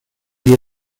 dia